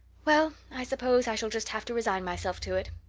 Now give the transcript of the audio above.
well, i suppose i shall just have to resign myself to it.